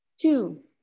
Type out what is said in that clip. Two